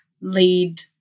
lead